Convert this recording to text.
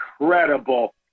incredible